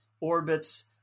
orbits